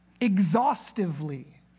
exhaustively